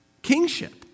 kingship